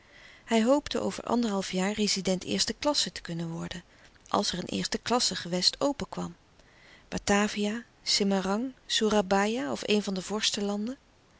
hij hoopte over anderhalf jaar rezident eerste klasse te kunnen worden als er een eerste klasse gewest open kwam batavia semarang soerabaia of een van de vorstenlanden